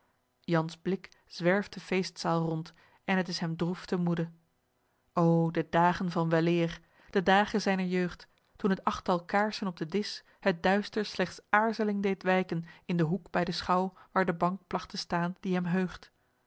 jan's blik zwerft de feestzaal rond en het is hem droef te moede o de dagen van weleer de dagen zijner jeugd toen het achttal kaarsen op den disch het duister slechts aarzeling deed wijken in den hoek bij de schouw waar de bank plagt te staan die hem heugt